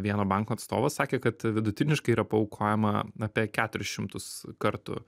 vieno banko atstovas sakė kad vidutiniškai yra paaukojama apie keturis šimtus kartų